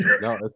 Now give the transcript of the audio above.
No